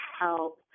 help